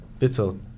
bittle